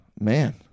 Man